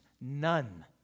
None